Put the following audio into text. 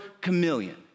chameleon